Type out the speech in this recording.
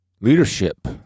Leadership